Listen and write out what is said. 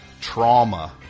trauma